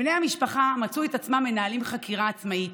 בני המשפחה מצאו את עצמם מנהלים חקירה עצמאית.